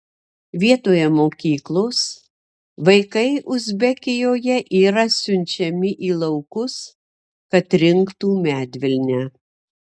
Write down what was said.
vietoje mokyklos vaikai uzbekijoje yra siunčiami į laukus kad rinktų medvilnę